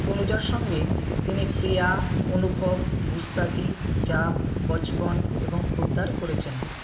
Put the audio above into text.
তনুজার সঙ্গে তিনি প্রিয়া অনুভব গুস্তাখি জাল বচপন এবং খুদদার করেছেন